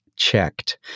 checked